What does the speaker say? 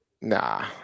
Nah